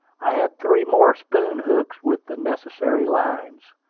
i had three more spoon-hooks, with the necessary lines,